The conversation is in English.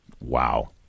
Wow